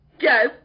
Yes